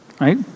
right